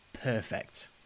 Perfect